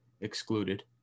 excluded